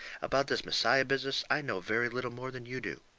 about this messiah business i know very little more than you do.